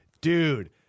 Dude